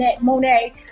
Monet